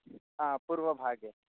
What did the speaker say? हा पूर्वभागे